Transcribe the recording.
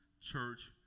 church